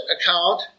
account